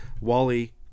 Wally